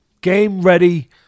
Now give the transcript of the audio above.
game-ready